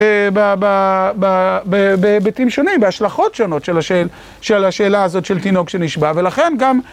בהיבטים שונים, בהשלכות שונות של השאלה הזאת של תינוק שנשבה, ולכן גם...